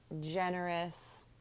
generous